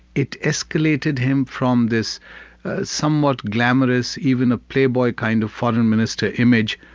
it escalated him from this somewhat glamorous, even a playboy kind of foreign minister image,